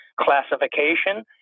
classification